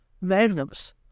Magnums